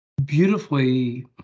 beautifully